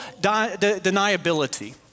deniability